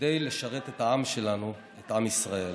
כדי לשרת את העם שלנו, את עם ישראל.